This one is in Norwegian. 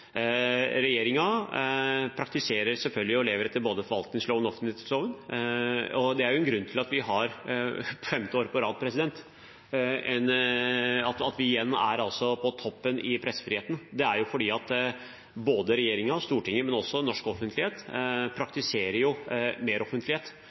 og lever selvfølgelig etter både forvaltningsloven og offentlighetsloven. Det er en grunn til at vi for femte år på rad er på topp i pressefrihet. Det er fordi både regjeringen og Stortinget og også norsk offentlighet